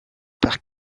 par